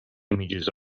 images